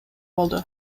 болду